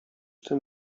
tym